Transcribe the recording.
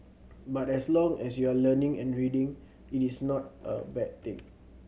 but as long as you are learning and reading it is not a bad thing